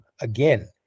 again